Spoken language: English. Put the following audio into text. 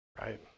right